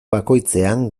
bakoitzean